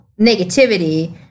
negativity